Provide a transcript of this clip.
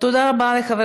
תודה רבה לחבר